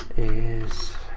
is